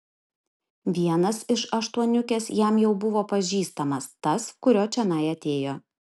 vienas iš aštuoniukės jam jau buvo pažįstamas tas kurio čionai atėjo